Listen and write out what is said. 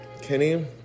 Kenny